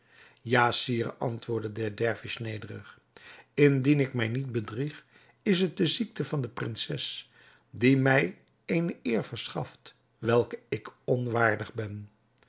ja sire antwoordde de dervis nederig indien ik mij niet bedrieg is het de ziekte van de prinses die mij eene eer verschaft welke ik onwaardig ben